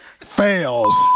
fails